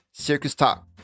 CircusTalk